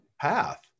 path